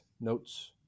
notes